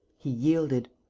he yielded.